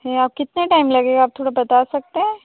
जी हाँ कितना टाइम लगेगा आप थोड़ा बता सकते है